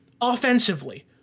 offensively